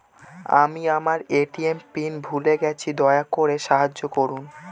আমি আমার ATM pin ভুলে গেছি, দয়া করে সাহায্য করুন